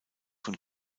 von